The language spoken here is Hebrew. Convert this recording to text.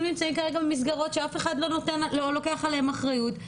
נמצאים כרגע במסגרות שאף אחד לא לוקח עליהם אחריות,